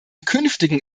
künftigen